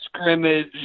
scrimmage